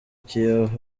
kiyovu